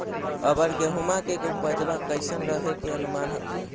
अबर गेहुमा के उपजबा कैसन रहे के अनुमान हखिन?